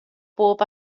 bob